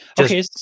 Okay